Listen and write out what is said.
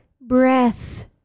breath